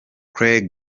craig